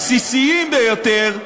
הבסיסיים ביותר,